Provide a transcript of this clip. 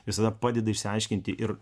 visada padeda išsiaiškinti ir